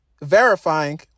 verifying